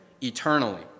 eternally